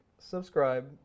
Subscribe